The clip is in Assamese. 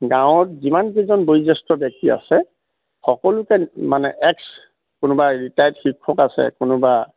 গাঁৱত যিমানকেইজন বয়োজ্যেষ্ঠ ব্যক্তি আছে সকলোকে মানে এক্স কোনোবা ৰিটাইৰ্ড শিক্ষক আছে কোনোবা